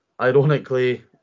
ironically